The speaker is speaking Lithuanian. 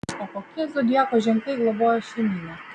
o kokie zodiako ženklai globoja šeimyną